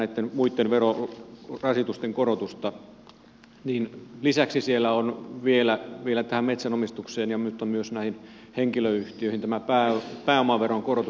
kun mietitään näitten muitten verorasitusten korotusta niin lisäksi siellä on vielä tähän metsänomistukseen ja nyt on myös näihin henkilöyhtiöihin tämä pääomaveron korotus